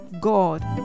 god